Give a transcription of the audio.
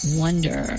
wonder